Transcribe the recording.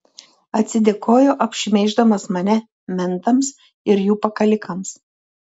atsidėkojo apšmeiždamas mane mentams ir jų pakalikams